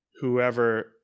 whoever